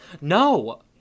No